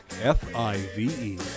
F-I-V-E